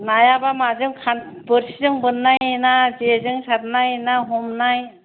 नायाबा माजों खान बोरसिजों बोन्नाय ना जेजों सारनाय ना हमनाय